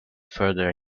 further